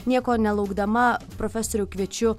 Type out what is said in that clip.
nieko nelaukdama profesoriau kviečiu